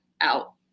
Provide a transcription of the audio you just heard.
out